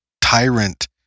tyrant